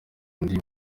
ndi